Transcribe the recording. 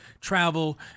travel